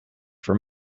for